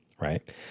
right